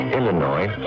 Illinois